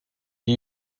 die